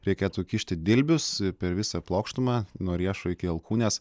reikėtų kišti dilbius per visą plokštumą nuo riešo iki alkūnės